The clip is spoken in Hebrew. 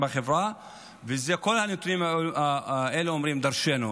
וכל הנתונים האלה אומרים דרשני.